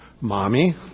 Mommy